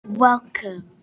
Welcome